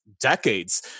decades